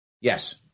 Yes